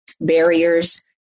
Barriers